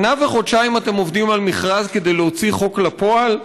שנה וחודשיים אתם עובדים על מכרז כדי להוציא חוק לפועל?